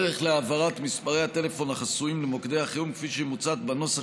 4. הדרך להעברת מספרי הטלפון החסויים למוקדי החירום כפי שהיא מוצעת בנוסח